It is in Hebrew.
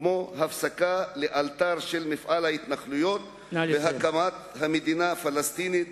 כמו הפסקה לאלתר של מפעל ההתנחלויות והקמת מדינה פלסטינית